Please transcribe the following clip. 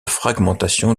fragmentation